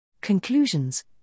Conclusions